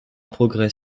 progrès